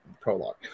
prologue